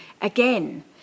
again